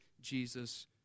Jesus